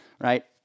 Right